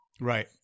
Right